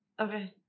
okay